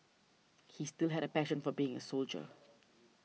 he still had a passion for being a soldier